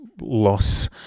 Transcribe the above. loss